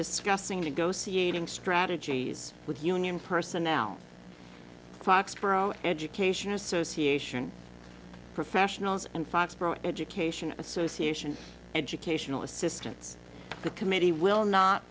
discussing negotiating strategies with union personnel foxborough education association professionals and foxborough education association educational assistance the committee will not